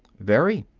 very,